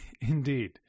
indeed